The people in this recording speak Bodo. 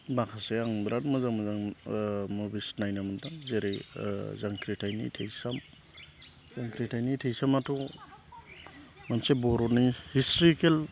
माखासे आं बिराद मोजां मोजां मुभिस नायनो मोन्दों जेरै जांख्रिथायनि थैसाम जांख्रिथायनि थैसामाथ' मोनसे बर'नि हिस्ट्रिकेल